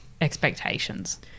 expectations